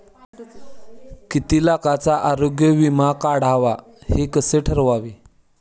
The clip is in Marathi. किती लाखाचा आरोग्य विमा काढावा हे कसे ठरवावे?